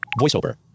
Voiceover